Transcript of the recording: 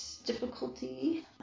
difficulty